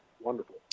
Wonderful